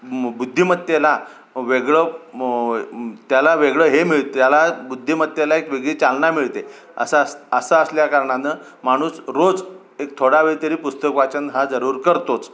बुद्धीमत्तेला वेगळं म त्याला वेगळं हे मिळते त्याला बुद्धिमत्तेला एक वेगळी चालना मिळते असं असं असल्या कारणानं माणूस रोज एक थोडावेळ तरी पुस्तकवाचन हा जरूर करतोच